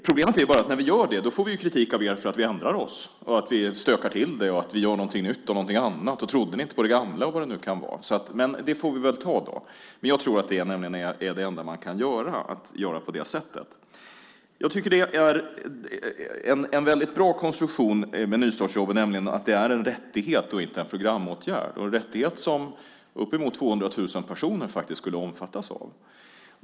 Problemet är bara att när vi gör det får vi kritik av er för att vi ändrar oss, att vi stökar till det, att vi gör något nytt och något annat och får frågan om vi inte trodde på det gamla och vad det kan vara. Det får vi väl ta då, men jag tror nämligen att det enda man kan göra är att göra på det sättet. Jag tycker att en väldigt bra konstruktion med nystartsjobben är att de är en rättighet och inte en programåtgärd, en rättighet som uppemot 200 000 personer skulle omfattas av.